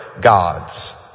gods